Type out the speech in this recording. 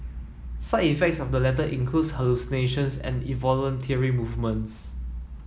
side effects of the latter includes hallucinations and involuntary movements